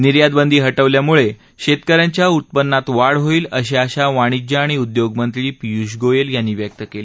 निर्यात बंदी हा विल्यामुळे शेतकऱ्यांच्या उत्पन्नात वाढ होईल अशी आशा वाणिज्य आणि उद्योग मंत्री पियुष गोयल यांनी व्यक्त केली